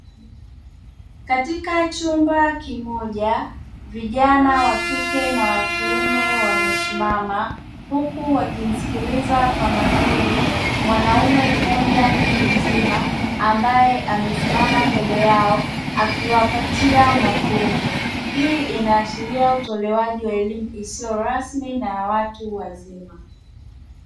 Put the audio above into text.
Katika chumba kimoja vijana wa kike na wa kiume wamesimama, huku wakimsikiliza kwa makini mwanaume mmoja mtu mzima, ambaye amesimama mbele yao akiwapatia mafunzo. Hii inaashiria utolewaji wa elimu isiyo rasmi na ya watu wazima.